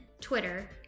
Twitter